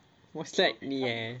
most likely ah